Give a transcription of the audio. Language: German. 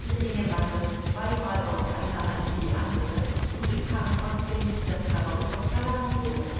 die ringe wanderten zweimal aus einer hand in die andere und es kam trotzdem nicht das heraus was verlangt wurde